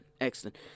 excellent